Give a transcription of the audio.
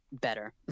better